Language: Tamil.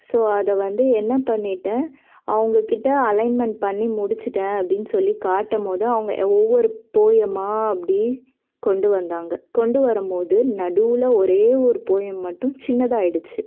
ஸோ அதை வந்து என்ன பண்ணிட்டேன் அவங்ககிட்ட அலைன்மெண்ட் பண்ணி முடிச்சுட்டேன் அப்படினு சொல்லி காட்டும் போது அவங்க ஒவ்வொரு போயமாக அப்படி கொண்டு வந்தாங்க கொண்டு வரும் போது நடுவில் ஒரே ஒரு போயம் மட்டும் சின்னதாயிடுச்சு